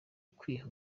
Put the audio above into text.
kwiha